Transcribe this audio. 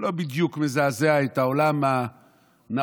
וזה לא בדיוק מזעזע את העולם הנאור,